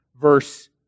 verse